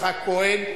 כהן.